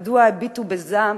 מדוע הביטו בזעם,